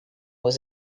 was